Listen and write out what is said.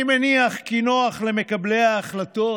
אני מניח כי נוח למקבלי ההחלטות,